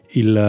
il